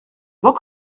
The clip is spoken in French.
voie